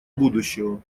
будущего